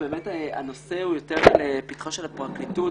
הנושא הוא יותר לפתחה של הפרקליטות.